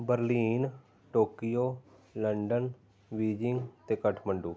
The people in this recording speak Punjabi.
ਬਰਲੀਨ ਟੋਕੀਓ ਲੰਡਨ ਬੀਜਿੰਗ ਅਤੇ ਕਠਮੰਡੂ